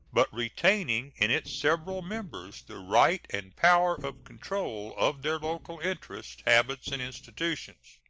but retaining in its several members the right and power of control of their local interests, habits, and institutions.